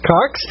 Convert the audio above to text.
Cox